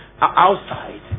outside